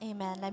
Amen